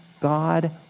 God